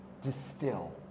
distill